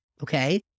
okay